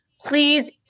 please